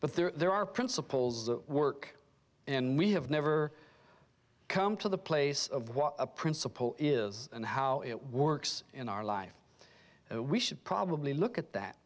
but there are principles that work and we have never come to the place of what a principle is and how it works in our life we should probably look at that